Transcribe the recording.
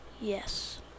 Yes